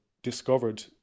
discovered